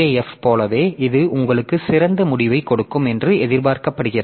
F போலவே இது உங்களுக்கு சிறந்த முடிவைக் கொடுக்கும் என்று எதிர்பார்க்கப்படுகிறது